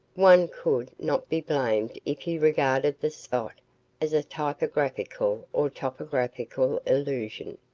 one could not be blamed if he regarded the spot as a typographical or topographical illusion.